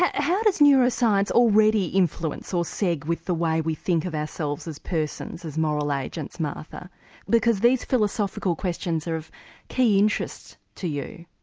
how does neuroscience already influence or segue with the way we think of ourselves as persons, as moral agents? ah but because these philosophical questions are of key interest to you.